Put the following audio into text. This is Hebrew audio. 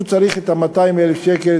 הוא צריך את 200,000 השקל,